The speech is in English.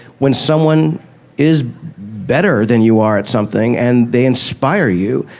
when someone is better than you are at something, and they inspire you,